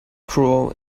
cruel